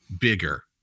bigger